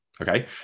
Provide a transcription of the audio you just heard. Okay